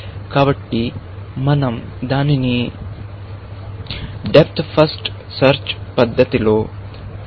కాబట్టి మనం దానిని డెప్త్ ఫస్ట్ పద్ధతిలో చేస్తాము